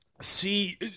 See